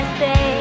say